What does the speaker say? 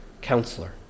counselor